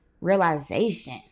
Realization